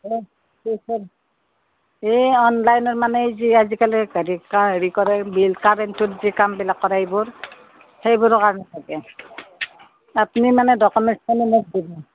এই অনলাইনৰ মানে যি আজিকালি ভেৰিফাই হেৰি কৰে বিল কাৰেণ্টত যি কামবিলাক কৰে এইবোৰ সেইবোৰৰ কাৰণে লাগে আপুনি মানে ডকমেণ্টছখিনি মোক দিব